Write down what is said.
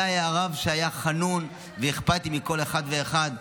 זה היה הרב, שהיה חנון ואכפתי לכל אחד ואחד.